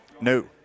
No